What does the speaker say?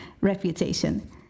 reputation